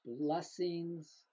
blessings